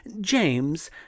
james